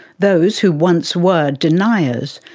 those who once were deniers,